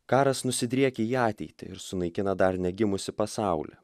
karas nusidriekia į ateitį ir sunaikina dar negimusį pasaulį